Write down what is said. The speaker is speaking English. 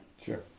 Sure